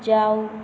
जाउ